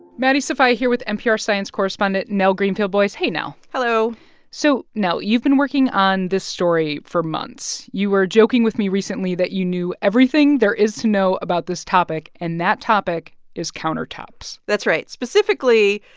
maddie sofia here with npr science correspondent nell greenfieldboyce hey, nell hello so, nell, you've been working on this story for months. you were joking with me recently that you knew everything there is to know about this topic, and that topic is countertops that's right, specifically,